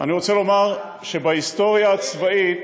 אני רוצה לומר שבהיסטוריה הצבאית,